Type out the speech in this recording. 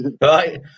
right